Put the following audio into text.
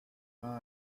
main